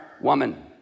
woman